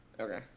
Okay